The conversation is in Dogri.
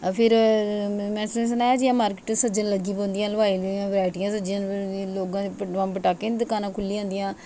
फिर मैं तुसेंई सनाया की जि'यां मारकेट सजन लगी पौंदियांं बंब पटाके दियां दकानां खुली जंदियां न केईं